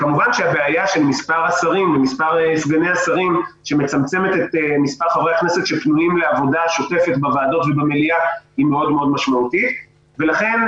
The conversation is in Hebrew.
או "חברי כנסת על-תנאי", וזה יוצר לנו